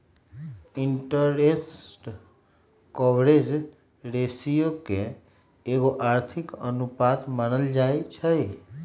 interest coverage ratio के एगो आर्थिक अनुपात मानल जाइ छइ